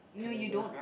calender